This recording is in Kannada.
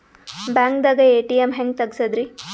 ಬ್ಯಾಂಕ್ದಾಗ ಎ.ಟಿ.ಎಂ ಹೆಂಗ್ ತಗಸದ್ರಿ?